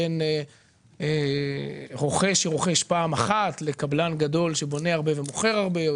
זה לא רק בין רוכש שרוכש פעם אחת לקבלן גדול שבונה הרבה ומוכר הרבה.